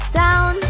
down